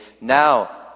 Now